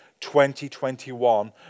2021